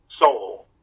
soul